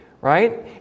right